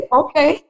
okay